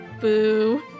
Boo